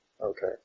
Okay